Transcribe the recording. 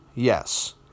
Yes